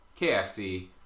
KFC